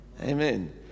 Amen